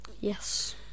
Yes